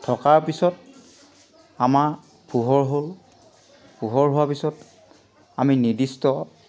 থকাৰ পিছত আমাৰ পোহৰ হ'ল পোহৰ হোৱাৰ পিছত আমি নিৰ্দিষ্ট